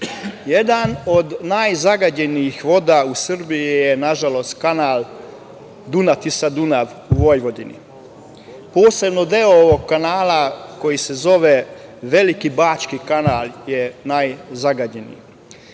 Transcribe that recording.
od najzagađenijih voda u Srbiji je nažalost Kanal Dunav-Tisa-Dunav u Vojvodini, posebno deo ovog kanala koji se zove Veliki bački kanal je najzagađeniji.